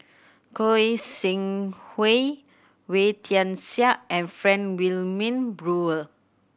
Goi Seng Hui Wee Tian Siak and Frank Wilmin Brewer